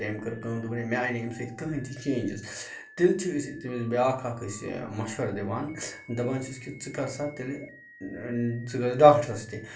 تٔمۍ کٔر کٲم دوٚپُن ہے مےٚ آیہِ نہٕ أمۍ سۭتۍ کٔہٕنۍ تہِ چینجِز تیٚلہ چھِ أسۍ تٔمِس بیٛاکھ اَکھ أسۍ مَشوٕ دِوان دَپان چھِس کہِ ژٕ کَر سا تیٚلہِ ژٕ گٔژھ ڈاکٹرَس تہِ